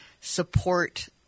support